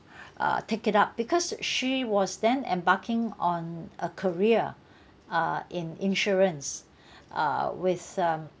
uh take it up because she was then embarking on a career uh in insurance uh with um